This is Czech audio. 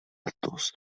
letos